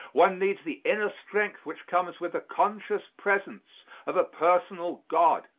one needs the inner strength which comes with the conscious presence of a personal god.